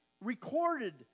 recorded